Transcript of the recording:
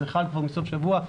זה חל כבר מסוף שבוע,